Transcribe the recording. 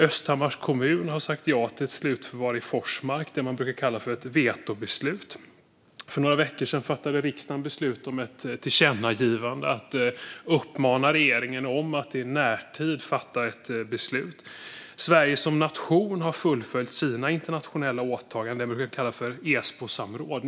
Östhammars kommun har sagt ja till ett slutförvar i Forsmark, det man brukar kalla ett vetobeslut. För några veckor sedan fattade riksdagen beslut om ett tillkännagivande för att uppmana regeringen att i närtid fatta ett beslut. Sverige som nation har fullföljt sina internationella åtaganden i det man brukar kalla Esbosamråd.